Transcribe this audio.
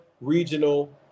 regional